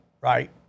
Right